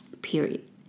Period